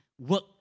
work